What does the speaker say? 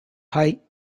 height